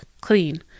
clean